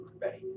ready